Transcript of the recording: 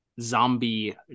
Zombie